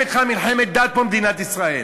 אין לך מלחמת דת במדינת ישראל.